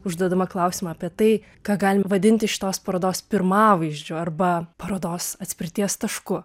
užduodama klausimą apie tai ką galim vadinti šitos parodos pirmavaizdžiu arba parodos atspirties tašku